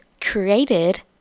created